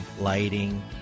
lighting